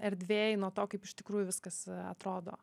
erdvėj nuo to kaip iš tikrųjų viskas atrodo